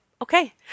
Okay